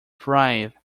thrive